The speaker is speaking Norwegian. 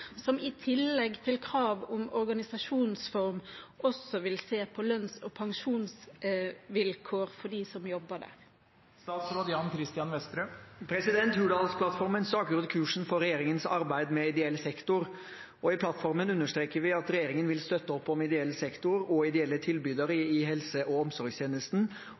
som i tillegg til krav om organisasjonsform vil se på lønns-, pensjons- og arbeidsvilkårene for dem som jobber der?» Hurdalsplattformen staker ut kursen for regjeringens arbeid med ideell sektor, og i plattformen understreker vi at regjeringen vil støtte opp om ideell sektor og ideelle tilbydere i helse- og omsorgstjenesten,